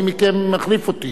מי מכם מחליף אותי?